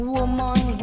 Woman